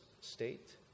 state